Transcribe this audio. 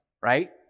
right